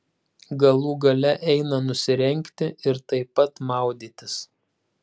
galų gale eina nusirengti ir taip pat maudytis